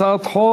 הצעת החוק